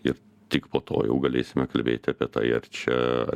ir tik po to jau galėsime kalbėti apie tai ar čia